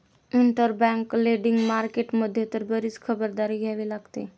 interbank lending market मध्ये तर बरीच खबरदारी घ्यावी लागते